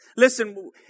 Listen